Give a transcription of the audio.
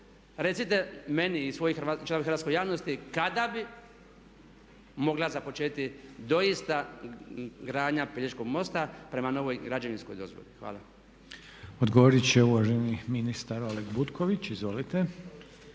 recite meni i svojoj hrvatskoj javnosti kada bi mogla započeti doista gradnja Pelješkog mosta prema novoj građevinskoj dozvoli. Hvala. **Reiner, Željko (HDZ)** Odgovoriti će uvaženi ministar Oleg Butković. Izvolite.